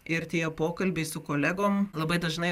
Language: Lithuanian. ir tie pokalbiai su kolegom labai dažnai